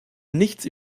nichts